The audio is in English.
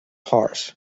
horse